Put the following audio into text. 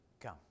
Come